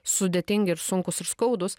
sudėtingi ir sunkūs ir skaudūs